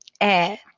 add